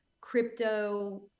crypto